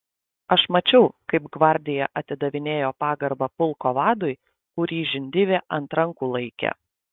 aš mačiau kaip gvardija atidavinėjo pagarbą pulko vadui kurį žindyvė ant rankų laikė